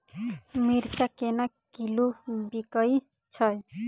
मिर्चा केना किलो बिकइ छैय?